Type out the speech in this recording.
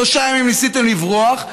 שלושה ימים ניסיתם לברוח,